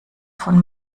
von